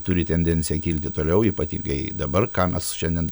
turi tendenciją kilti toliau ypatingai dabar ką mes šiandien